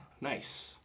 Nice